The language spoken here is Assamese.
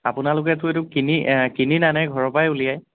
আপোনালোকেটো এইটো কিনি কিনি নানে ঘৰৰপৰাই উলিয়াই